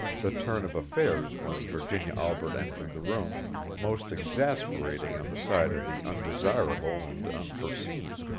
the turn of affairs when virginia albret entered the room most exasperating on the side of the undesirable and unforeseen.